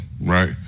right